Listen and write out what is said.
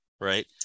Right